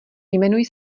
jmenuji